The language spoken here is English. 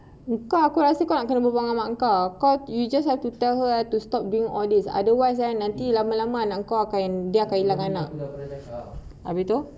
muka aku rasa kau kena berbual dengan mak kau you just have to tell her to stop doing all these otherwise ah nanti lama-lama anak kau dia akan hilang anak habis tu